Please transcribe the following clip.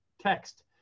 text